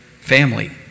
family